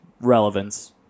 relevance